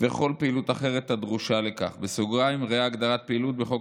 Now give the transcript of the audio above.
וכל פעילות אחרת הדרושה לכך" וראה הגדרת פעילות בחוק